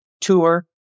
tour